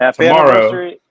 tomorrow